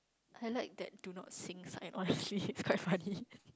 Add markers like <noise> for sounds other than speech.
I like that do not sing sign honestly quite funny <laughs>